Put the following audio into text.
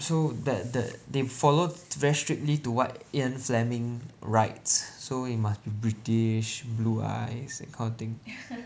so that that they follow very strictly to what Ian Fleming writes so you must british blue eyes that kinda thing